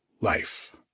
life